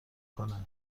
کنه